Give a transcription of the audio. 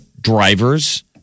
drivers